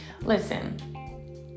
Listen